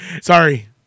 Sorry